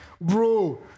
Bro